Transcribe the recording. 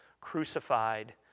crucified